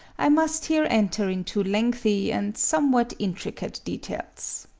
i must here enter into lengthy and somewhat intricate details.